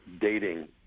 dating